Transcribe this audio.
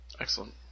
Excellent